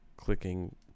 Clicking